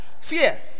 fear